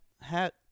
hat